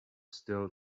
still